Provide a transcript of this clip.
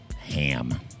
ham